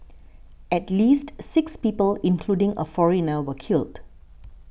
at least six people including a foreigner were killed